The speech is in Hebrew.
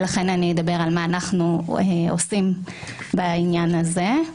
לכן, אני אדבר על מה אנחנו עושים בעניין הזה.